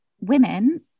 women